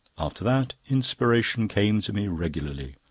after that, inspiration came to me regularly.